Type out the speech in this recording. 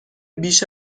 بیش